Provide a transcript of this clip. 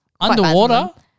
Underwater